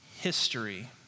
history